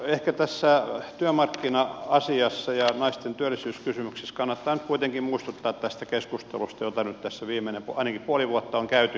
ehkä tässä työmarkkina asiassa ja naisten työllisyyskysymyksissä kannattaa nyt kuitenkin muistuttaa tästä keskustelusta jota nyt tässä ainakin viimeinen puoli vuotta on käyty